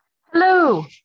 Hello